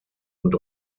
und